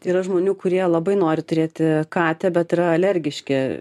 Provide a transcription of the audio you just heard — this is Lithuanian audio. yra žmonių kurie labai nori turėti katę bet yra alergiški